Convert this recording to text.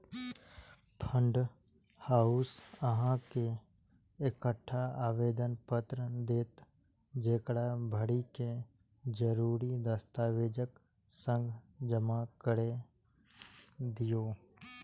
fund house अहां के एकटा आवेदन पत्र देत, जेकरा भरि कें जरूरी दस्तावेजक संग जमा कैर दियौ